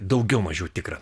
daugiau mažiau tikra